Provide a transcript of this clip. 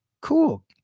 cool